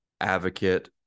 advocate